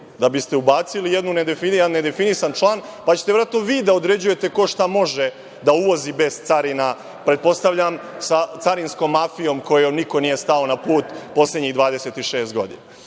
da biste ubacili jedan nedefinisan član, pa ćete vi da određujete ko šta može da uvozi bez carina, pretpostavljam sa carinskom mafijom kojoj niko nije stao na put poslednjih 26